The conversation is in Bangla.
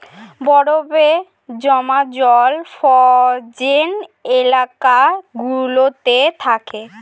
বরফে জমা জল ফ্রোজেন এলাকা গুলোতে থাকে